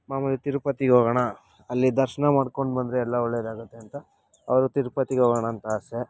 ಮಾಮೂಲಿ ತಿರುಪತಿಗೆ ಹೋಗೋಣ ಅಲ್ಲಿ ದರ್ಶನ ಮಾಡ್ಕೊಂಡು ಬಂದರೆ ಎಲ್ಲ ಒಳ್ಳೇದಾಗುತ್ತೆ ಅಂತ ಅವರು ತಿರುಪತಿಗೆ ಹೋಗೋಣ ಅಂತ ಆಸೆ